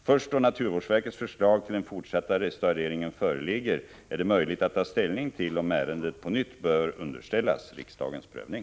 Först då naturvårdsverkets förslag till den fortsatta restaureringen föreligger är det möjligt att ta ställning till om ärendet på nytt bör underställas riksdagens prövning.